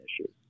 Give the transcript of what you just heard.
issues